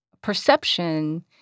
perception